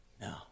No